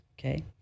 okay